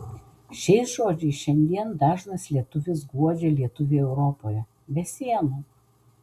šiais žodžiais šiandien dažnas lietuvis guodžia lietuvį europoje be sienų